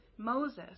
Moses